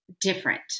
different